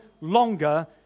longer